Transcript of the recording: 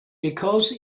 because